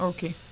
Okay